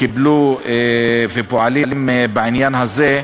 קיבלו ופועלים בעניין הזה.